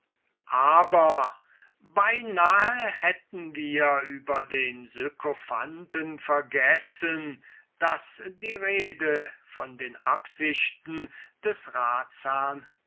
aber beinahe hätten wir über den sykophanten vergessen daß die rede von den absichten des